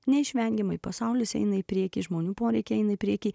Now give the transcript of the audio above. neišvengiamai pasaulis eina į priekį žmonių poreikiai eina į priekį